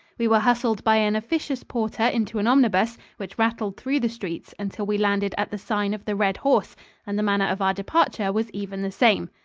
we were hustled by an officious porter into an omnibus, which rattled through the streets until we landed at the sign of the red horse and the manner of our departure was even the same.